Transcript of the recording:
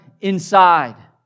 inside